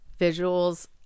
Visuals